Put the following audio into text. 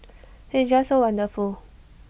he's just so wonderful